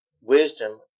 wisdom